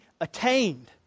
attained